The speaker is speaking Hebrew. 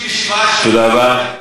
תודה רבה.